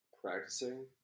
practicing